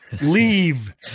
leave